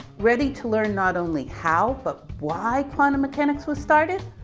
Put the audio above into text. ready to learn not only how, but why quantum mechanics was started.